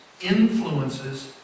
influences